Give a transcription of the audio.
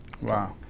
Wow